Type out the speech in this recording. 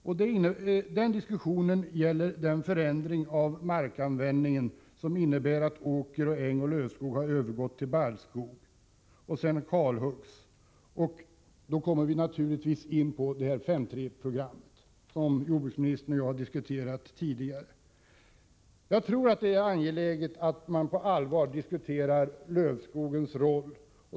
Jag tänker på den förändring av markanvändningen som det innebär att åker, äng och lövskog har övergått till barrskog och sedan kalhuggs. Då kommer vi naturligtvis in på 5:3-programmet, som jordbruksministern och jag tidigare diskuterat. Jag tror att det är angeläget att man på allvar diskuterar lövskogens roll.